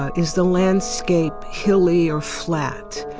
is the landscape hilly or flat?